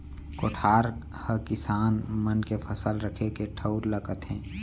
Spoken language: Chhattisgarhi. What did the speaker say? कोठार हकिसान मन के फसल रखे के ठउर ल कथें